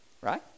Right